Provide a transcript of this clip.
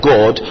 God